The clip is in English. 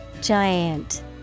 giant